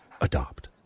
Adopt